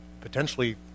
potentially